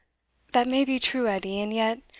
that may be true, edie, and yet,